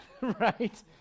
right